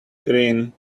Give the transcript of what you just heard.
green